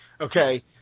okay